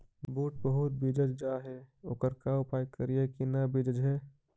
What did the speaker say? बुट बहुत बिजझ जा हे ओकर का उपाय करियै कि न बिजझे?